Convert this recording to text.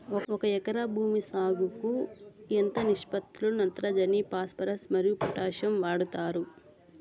ఒక ఎకరా భూమి సాగుకు ఎంత నిష్పత్తి లో నత్రజని ఫాస్పరస్ మరియు పొటాషియం వాడుతారు